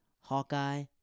Hawkeye